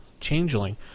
Changeling